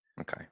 Okay